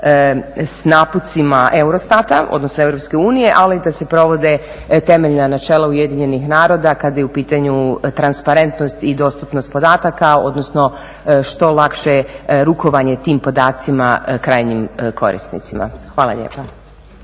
s napucima EUROSTAT-a, odnosno Europske unije ali i da se provode temeljna načela UN-a kad je u pitanju transparentnost i dostupnost podataka, odnosno što lakše rukovanje tim podacima krajnjim korisnicima. Hvala lijepa.